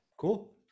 cool